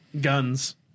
Guns